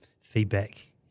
feedback